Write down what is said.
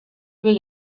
will